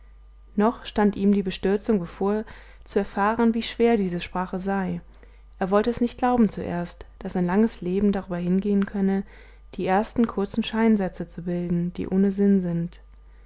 noch stand ihm die bestürzung bevor zu erfahren wie schwer diese sprache sei er wollte es nicht glauben zuerst daß ein langes leben darüber hingehen könne die ersten kurzen scheinsätze zu bilden die ohne sinn sind